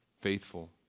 faithful